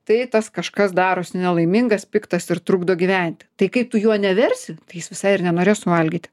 tai tas kažkas darosi nelaimingas piktas ir trukdo gyventi tai kai tu jo neversi tai jis visai ir nenorės suvalgyti